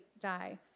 die